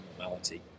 normality